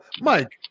Mike